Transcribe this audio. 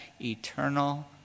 eternal